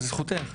זה זכותך,